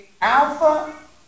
Alpha